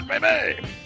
baby